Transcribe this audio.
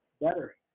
better